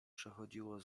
przechodziło